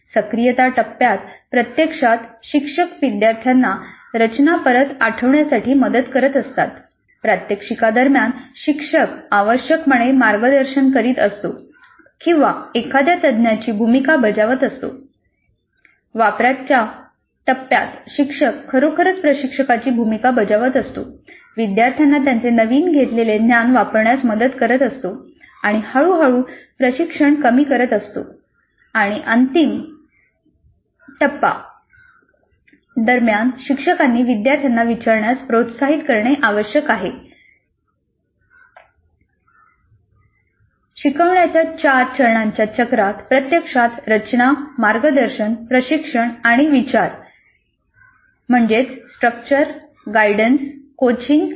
सक्रियता टप्प्यात प्रत्यक्षात शिक्षक विद्यार्थ्यांना रचना परत आठवण्यासाठी मदत करत असतात प्रात्यक्षिका दरम्यान शिक्षक आवश्यकपणे मार्गदर्शन करीत असतो किंवा एखाद्या तज्ञाची भूमिका बजावत असतो वापराच्या टप्प्यात शिक्षक खरोखरच प्रशिक्षकाची भूमिका बजावत असतो विद्यार्थ्यांना त्यांचे नवीन घेतलेले ज्ञान वापरण्यास मदत करत असतो आणि हळूहळू प्रशिक्षण कमी करत असतो आणि अंतिम हि उप चक्र आहेत